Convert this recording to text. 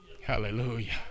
hallelujah